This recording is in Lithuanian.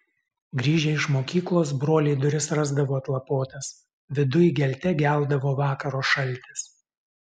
grįžę iš mokyklos broliai duris rasdavo atlapotas viduj gelte geldavo vakaro šaltis